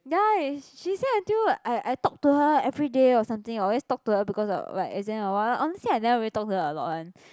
ya is she she say until I I talk to her everyday or something I always talk to her because of like exam or what but honestly I never really talk to her a lot one